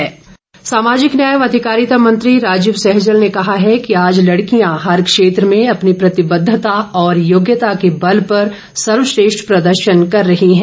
राजीव सहजल सामाजिक न्याय व अधिकारिता मंत्री राजीव सहजल ने कहा है कि आज लड़कियां हर क्षेत्र में अपनी प्रतिबद्धता और योग्यता के बल पर सर्वश्रेष्ठ प्रदर्शन कर रही हैं